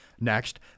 Next